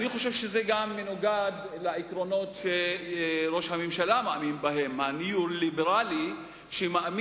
אני חושב שזה גם מנוגד לעקרונות שראש הממשלה הניאו-ליברלי מאמין בהם,